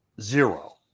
zero